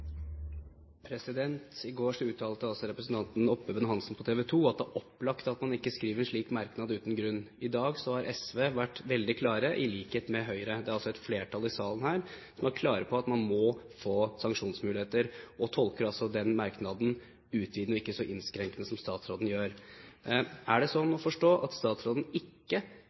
I går uttalte representanten Oppebøen Hansen til TV 2 at det er opplagt at man ikke skriver en slik merknad uten grunn. I dag har SV vært veldig klare, i likhet med Høyre. Det er altså et flertall her i salen som er klare på at man må få sanksjonsmuligheter. De tolker altså den merknaden utvidende og ikke så innskrenkende som statsråden gjør. Er det sånn å forstå at statsråden ikke